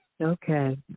Okay